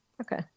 Okay